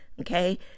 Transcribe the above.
Okay